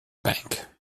bank